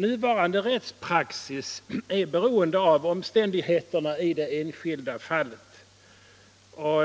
Nuvarande rättspraxis är beroende av omständigheterna i det enskilda fallet och